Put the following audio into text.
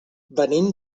venim